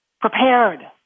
prepared